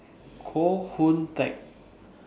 Koh Hoon Teck